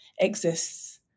exists